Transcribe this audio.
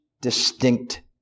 distinct